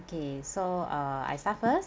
okay so uh I start first